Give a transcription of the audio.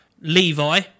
Levi